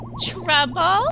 Trouble